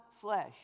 flesh